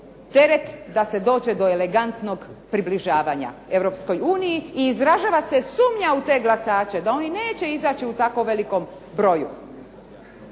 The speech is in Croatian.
teret da se dođe do elegantnog približavanja Europskoj uniji i izražava se sumnja u te glasače da oni neće izaći u tako velikom broju.